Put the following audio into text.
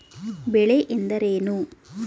ಬೆಳೆ ಎಂದರೇನು?